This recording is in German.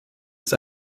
ist